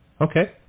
Okay